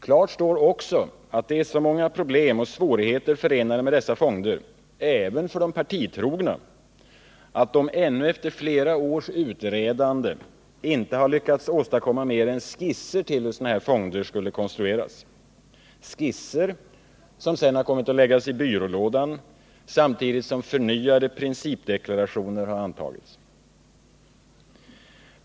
Klart står också att det är så många problem och svårigheter förenade med dessa fonder även för de partitrogna att de ännu efter flera års utredande inte lyckats åstadkomma mer än skisser till hur sådana här fonder skulle konstrueras, skisser som sedan kommit att läggas i byrålådan samtidigt som förnyade principdeklarationer har antagits.